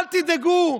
אל תדאגו,